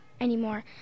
anymore